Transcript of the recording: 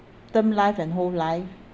term life and whole life